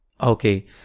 Okay